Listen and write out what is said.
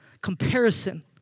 Comparison